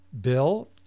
Bill